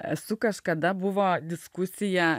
esu kažkada buvo diskusija